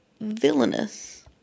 Villainous